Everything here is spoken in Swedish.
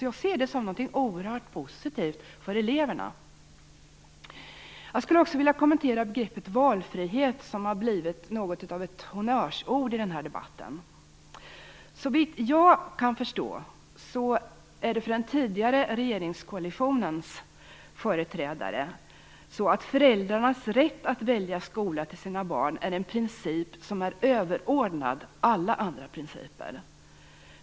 Jag ser det som någonting oerhört positivt för eleverna. Jag skulle också vilja kommentera begreppet valfrihet, som har blivit något av ett honnörsord i denna debatt. Såvitt jag kan förstå är det för den tidigare regeringskoalitionens företrädare så, att föräldrarnas rätt att välja skola till sina barn är en princip som är överordnad alla andra principer.